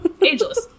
ageless